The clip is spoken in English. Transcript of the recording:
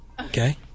Okay